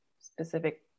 specific